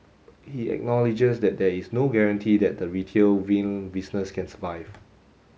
he acknowledges that there is no guarantee that the retail vinyl business can survive